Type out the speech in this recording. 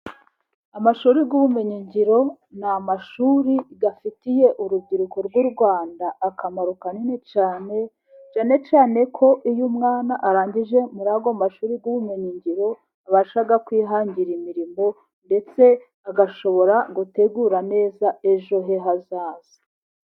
Amashuri y'ubumenyingiro ni amashuri afitiye urubyiruko rw'u Rwanda akamaro kanini cyane, cyane cyane ko iyo umwana arangije muri ayo mamashuri y'ubumenyingiro abasha kwihangira imirimo, ndetse agashobora gutegura neza ejo he hazaza.